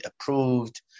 approved